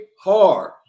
hard